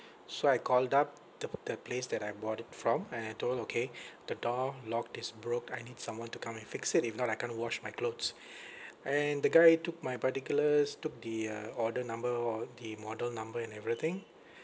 so I called up the the place that I bought it from and I told okay the door lock is broke I need someone to come and fix it if not I can't wash my clothes and the guy took my particulars took the uh order number or the model number and everything